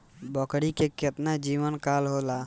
बकरी के केतना जीवन काल होला?